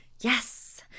Yes